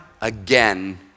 again